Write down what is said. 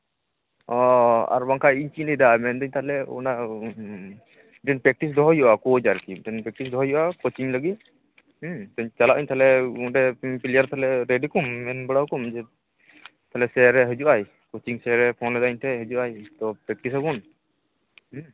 ᱚᱻ ᱟᱨ ᱵᱟᱝᱠᱷᱟᱱ ᱤᱧ ᱪᱮᱫᱤᱧ ᱞᱟᱹᱭᱫᱟ ᱢᱮᱱᱫᱟᱹᱧ ᱛᱟᱦᱞᱮ ᱚᱱᱟ ᱢᱤᱫᱴᱮᱱ ᱯᱮᱠᱴᱤᱥ ᱫᱚᱦᱚᱭ ᱦᱩᱭᱩᱜᱼᱟ ᱠᱳᱪ ᱟᱨᱠᱤ ᱢᱤᱫᱴᱮᱱ ᱯᱮᱠᱴᱤᱥ ᱫᱚᱦᱚᱭ ᱦᱩᱭᱩᱜᱼᱟ ᱠᱳᱪᱤᱝ ᱞᱟᱹᱜᱤᱫ ᱢᱤᱫ ᱫᱤᱱ ᱪᱟᱞᱟᱜᱼᱟᱹᱧ ᱛᱟᱦᱞᱮ ᱚᱸᱰᱮ ᱯᱞᱮᱭᱟᱨ ᱛᱟᱞᱦᱮ ᱨᱮᱰᱤ ᱠᱚᱢ ᱢᱮᱱ ᱵᱟᱲᱟᱣᱟᱠᱚᱢᱮ ᱛᱟᱞᱦᱮ ᱥᱮᱨᱮᱭ ᱦᱤᱡᱩᱜᱼᱟᱭ ᱠᱳᱪᱤᱝ ᱥᱟᱨᱮᱭ ᱯᱷᱳᱱ ᱞᱮᱫᱟ ᱤᱧ ᱴᱷᱮᱱ ᱛᱚ ᱯᱮᱠᱴᱤᱥᱟᱵᱚᱱ ᱦᱩᱸ